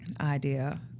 idea